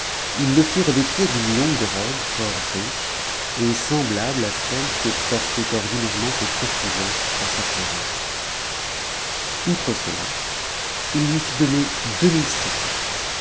il le fit revêtir d'une longue robe fort riche et semblable à celle que portaient ordinairement ses courtisans en sa présence outre cela il lui fit donner